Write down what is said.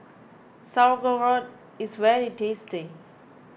Sauerkraut is very tasty